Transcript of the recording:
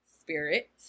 spirit